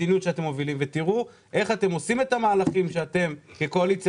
תראו איך אתם עושים את המהלכים שאתם כקואליציה